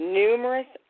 numerous